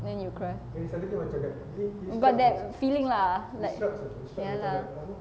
then you cry got that feeling lah ya lah